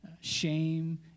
shame